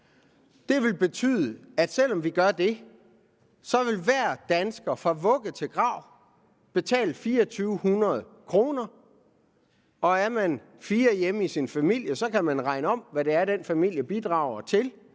Det vil betyde, at selv om vi gør det, vil hver dansker fra vugge til grav betale 2.400 kr. Er man fire hjemme i sin familie, kan man regne ud, hvad den familie bidrager til